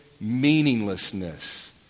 meaninglessness